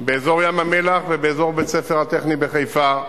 באזור ים-המלח ובאזור בית-הספר הטכני בחיפה,